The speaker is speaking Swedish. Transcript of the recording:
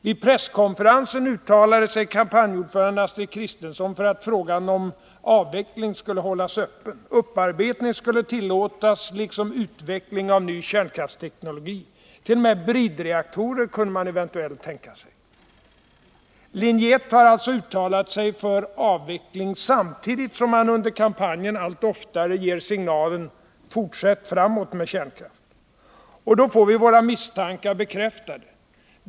Vid presskonferensen uttalade sig kampanjordföranden Astrid Kristensson för att frågan om avveckling skulle hållas öppen. Upparbetning skulle tillåtas liksom utveckling av ny kärnkraftsteknologi. T. o. m. bridreaktorer kunde man eventuellt tänka sig. Linje 1 har alltså uttalat sig för avveckling, samtidigt som man under kampanjen allt oftare ger signalen ”fortsätt framåt” med kärnkraft. Och då får vi våra misstankar bekräftade.